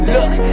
Look